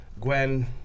Gwen